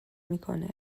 میکنه